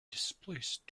displaced